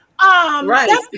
Right